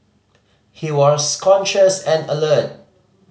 he was conscious and alert